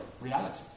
Reality